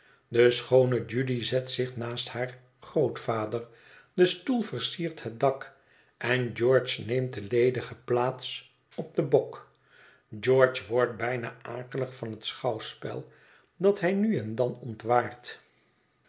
de schoone judy zet zich naast haar grootvader de stoel versiert het dak en george neemt de ledige plaats op den bok george wordt bijna akelig van het schouwspel dat hij nu en dan ontwaart